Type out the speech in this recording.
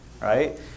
right